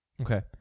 Okay